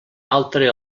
altre